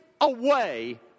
away